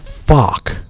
fuck